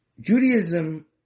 Judaism